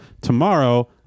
Tomorrow